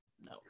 no